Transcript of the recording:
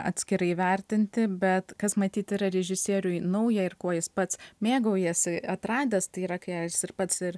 atskirai įvertinti bet kas matyt yra režisieriui nauja ir kuo jis pats mėgaujasi atradęs tai yra jis ir pats ir